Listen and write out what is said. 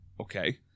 Okay